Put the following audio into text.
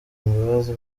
imbabazi